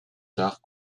tard